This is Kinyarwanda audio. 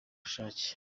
bushake